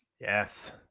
Yes